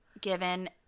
given